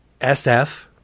SF